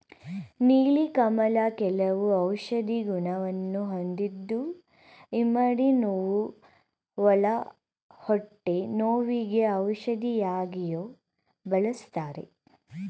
ನೀಲಿ ಕಮಲ ಕೆಲವು ಔಷಧಿ ಗುಣವನ್ನು ಹೊಂದಿದ್ದು ಇಮ್ಮಡಿ ನೋವು, ಒಳ ಹೊಟ್ಟೆ ನೋವಿಗೆ ಔಷಧಿಯಾಗಿಯೂ ಬಳ್ಸತ್ತರೆ